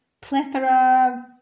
plethora